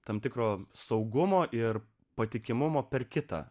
tam tikro saugumo ir patikimumo per kitą